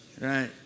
Right